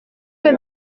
que